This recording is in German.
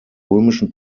römischen